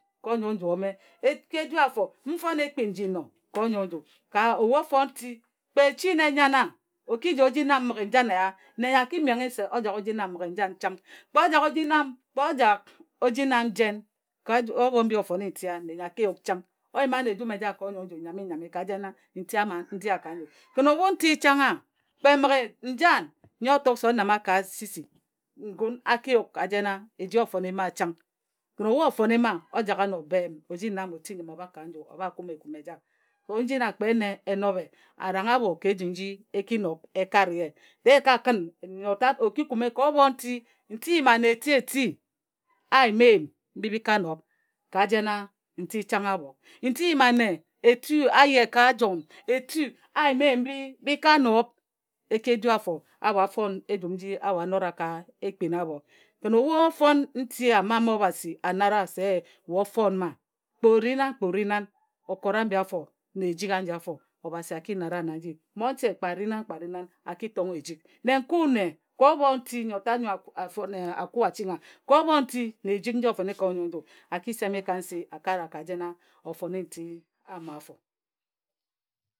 Ka onyoe nju ome e du afo mme m fon ekpin nji ka onye nju ka ebhu o fon nti echi na e nyana o ki ji nam mmǝghe njan eya nne nyo a ki menghe se o jak o ji mmǝghe njan. Kpe o jak o ji nam kpe o jak o ji nam jen ka obho mbi o fone nti a nne nyo a ki yak chang. O yima ano ejum eja ka nju nyame nyame ka jen a nti ama n di a ka nju. Kǝn obhu nti chang a kpe mmǝghe njan na o tok se o nama ka ci ci ngun a ki yuk ka jen a eji o fone mma chang. Ke obha o fone mma o jak ano ben o ji nam o ti njǝm. O bhak ka nju o bha kume ekume eja. So nji na kpe ene e nobhe a rang abho ka eji nji e ki nob e kare ye. Dee e ka kǝn nne nyo tat ka obho nti, nti n yim ane eti-eti a yima eyim mbi bi ka nob ka jena nti chang abho. Nti n yim ane etu a ye ka ajom, etu a yima eyim mbi bi ka nob e ki e du afo abho a-nora ka ekpin abho kǝn obhu ofo nti ama Obhasi a nare a se e we ofon mma kpe o ri nan kpe o ri nan okot ann bi afo na ejik aji afo Obhasi a ki nare wa na nji. Mmonche kpe a ri nan kpe a ri nan a ki tonghe wa eji. Nne nkue nne ka obho nti ayo a kue a chinghi wa ka obho nti na ejik nji ofone ka onyoe nji a ki seme ka nsi a kara ka jena o fone nti ama afo.